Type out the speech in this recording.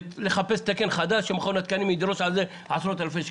כדי לא לחפש תקן חדש שמכון התקנים ידרוש על זה עשרות אלפי שקלים.